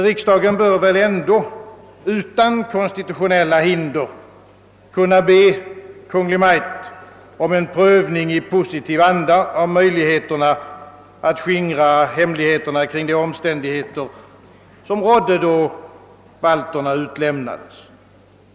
Riksdagen bör väl ändå utan konstitutionella hinder kunna be Kungl. Maj:t om en prövning i positiv anda av möjligheterna att skingra hemligheterna kring de omständigheter som rådde då balterna utlämnades.